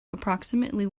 approximately